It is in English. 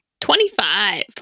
Twenty-five